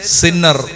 sinner